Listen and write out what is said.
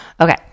Okay